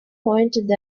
pointed